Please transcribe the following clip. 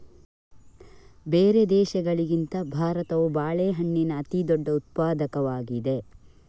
ಬೇರೆ ದೇಶಗಳಿಗಿಂತ ಭಾರತವು ಬಾಳೆಹಣ್ಣಿನ ಅತಿದೊಡ್ಡ ಉತ್ಪಾದಕವಾಗಿದೆ